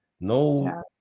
No